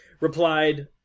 replied